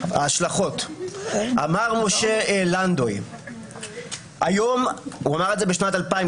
ההשלכות אמר משה לנדוי בשנת 2000,